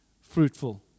fruitful